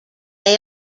they